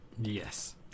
yes